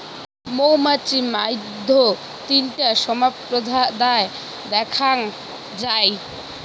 মৌমাছির মইধ্যে তিনটা সম্প্রদায় দ্যাখাঙ যাই